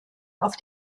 auf